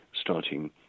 starting